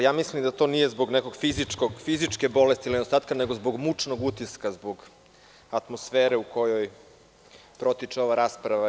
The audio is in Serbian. Ja mislim da to nije zbog neke fizičke bolesti ili nedostatka, nego zbog mučnog utiska, zbog atmosfere u kojoj protiče ova rasprava.